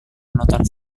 menonton